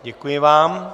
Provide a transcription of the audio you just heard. Děkuji vám.